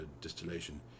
distillation